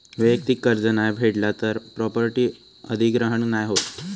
वैयक्तिक कर्ज नाय फेडला तर प्रॉपर्टी अधिग्रहण नाय होत